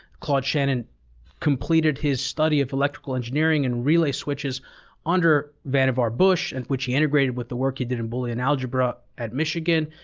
claude shannon completed his study of electrical engineering and relay switches under vannevar bush, and which he integrated with the work he did in boolean algebra at michigan,